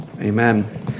amen